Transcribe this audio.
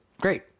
great